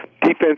Defense